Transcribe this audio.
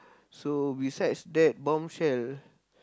so besides that Bombshell